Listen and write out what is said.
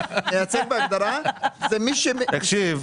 מייצג בהגדרה זה מי ש --- תקשיב,